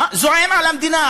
זועם על המדינה,